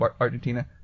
Argentina